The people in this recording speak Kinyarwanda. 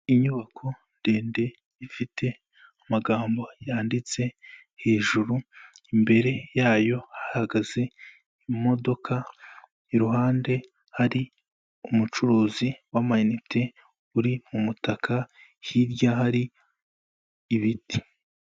Inyubako ndende ifite amagambo yanditse hejuru, imbere yayo hahagaze imodoka, iruhande hari umucuruzi w'amayinite uri mu umutaka hirya hari ibiti.